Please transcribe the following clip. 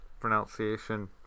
pronunciation